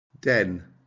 Den